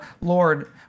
Lord